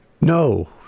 No